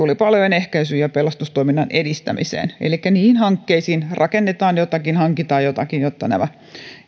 tulipalojen ehkäisyyn ja pelastustoiminnan edistämiseen elikkä niihin hankkeisiin kun rakennetaan jotakin hankitaan jotakin jotta